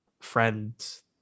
friends